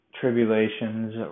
tribulations